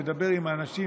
נדבר עם האנשים